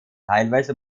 teilweise